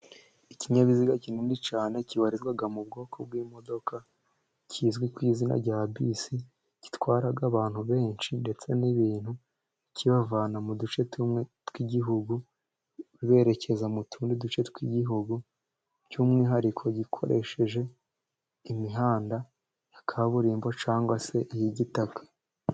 Ikinyabiziga kinini cyane, kibarirwa mu bwoko bw'imodoka, kizwi ku izina rya bisi, gitwara abantu benshi ndetse n'ibintu, kibavana mu duce tumwe tw'igihugu, kiberekeza mu tundi duce tw'igihugu by'umwihariko gikoresheje imihanda ya kaburimbo, cyangwa se iy'igitaka.